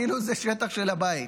כאילו זה שטח של הבית.